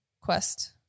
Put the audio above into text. Quest